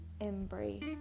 Embrace